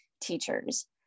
teachers